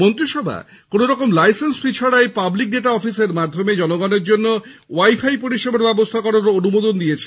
মন্ত্রিসভা কোনোরকম licence fee ছাড়াই পাবলিক ডেটা অফিসের মাধ্যমে জনগণের জন্য ওয়াইফাই পরিষেবার ব্যবস্থা করারও অনুমোদন দিয়েছে